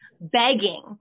begging